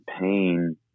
pain